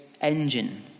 engine